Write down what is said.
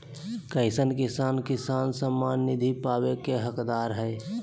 कईसन किसान किसान सम्मान निधि पावे के हकदार हय?